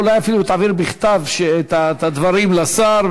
אולי אפילו תעביר בכתב את הדברים לשר,